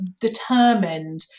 determined